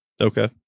Okay